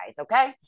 okay